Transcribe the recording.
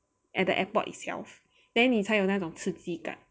at the airport itself then 你才有那种刺激感